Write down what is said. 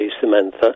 Samantha